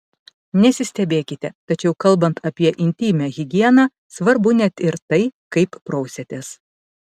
nesistebėkite tačiau kalbant apie intymią higieną svarbu net ir tai kaip prausiatės